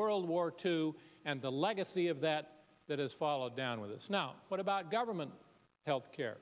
world war two and the legacy of that that is followed down with us now what about government health care